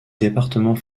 département